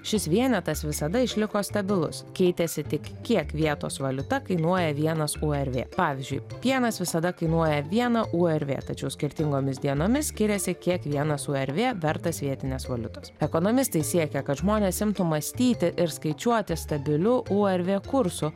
šis vienetas visada išliko stabilus keitėsi tik kiek vietos valiuta kainuoja vienas u er vė pavyzdžiui pienas visada kainuoja vieną u er vė tačiau skirtingomis dienomis skiriasi kiek vienas u er vė vertas vietinės valiutos ekonomistai siekia kad žmonės imtų mąstyti ir skaičiuoti stabiliu u er vė kursu